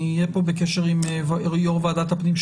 אני אהיה פה בקשר עם יו"ר ועדת הפנים,